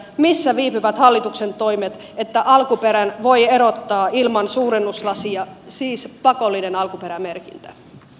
missä viipyvät hallituksen toimet niin että alkuperän voi erottaa ilman suurennuslasia siis pakollinen alkuperämerkintä